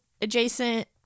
adjacent